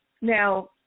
Now